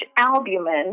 albumin